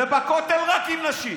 ובכותל, רק עם נשים,